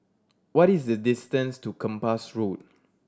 what is the distance to Kempas Road